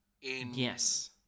Yes